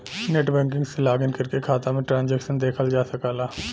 net banking से login करके खाता में ट्रांसैक्शन देखल जा सकला